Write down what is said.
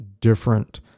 different